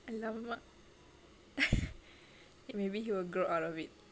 !alamak! okay maybe he will grow out of it